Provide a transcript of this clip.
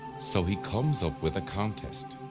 so, he comes up with a contest.